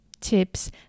tips